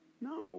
No